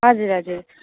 हजुर हजुर